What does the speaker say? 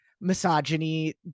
Misogyny